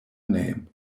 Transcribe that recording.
name